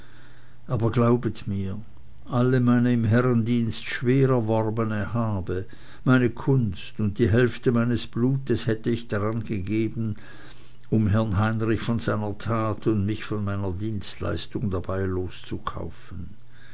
aber glaubet mir all meine im herrendienst schwer erworbene habe meine kunst und die hälfte meines blutes hätte ich daran gegeben um herrn heinrich von seiner tat und mich von meiner dienstleistung dabei